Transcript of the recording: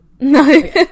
No